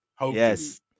Yes